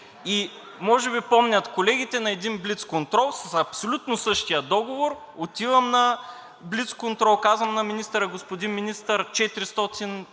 Може би помнят колегите на един блицконтрол, с абсолютно същия договор отивам на блицконтрол. Казвам на министъра: „Господин Министър, 400%